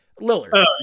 Lillard